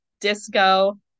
disco